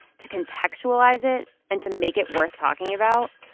to contextualize it and to make it worth talking about,